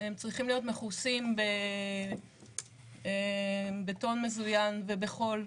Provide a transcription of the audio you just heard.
הם צריכים להיות מכוסים בבטון מזוין ובחול,